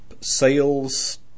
sales